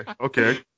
okay